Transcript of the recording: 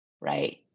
right